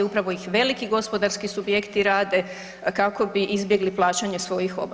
Upravo ih veliki gospodarski subjekti rade kako bi izbjegli plaćanje svojih obaveza.